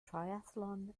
triathlon